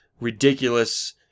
ridiculous